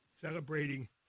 celebrating